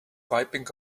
wiping